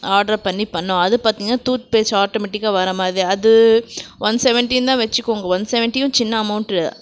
order பண்ணி பண்ணோம் அது பார்த்தீங்கன்னா டூத் பேஸ்ட் ஆட்டோமெட்டிக்காக வர மாதிரி அது ஒன் செவண்ட்டின்னு தான் வச்சுக்கோங்க ஒன் செவண்ட்டியும் சின்ன அமௌண்ட்டு